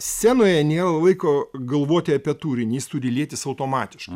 scenoje nėra laiko galvoti apie turinys turi lietis automatiškai